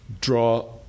draw